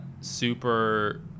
super